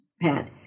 Pat